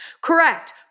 Correct